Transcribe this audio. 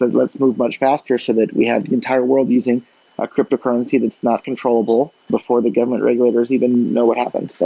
let's move much faster, so that we had the entire world using a cryptocurrency that's not controllable before the government regulators even know what happened.